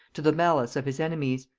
to the malice of his enemies.